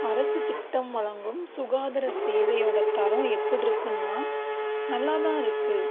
அரசு திட்டம் வழங்கும் சுகாதார சேவையோட தரம் எப்படிருக்குன்னா நல்லா தான் இருக்கு